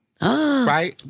Right